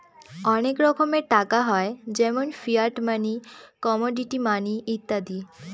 অনেক রকমের টাকা হয় যেমন ফিয়াট মানি, কমোডিটি মানি ইত্যাদি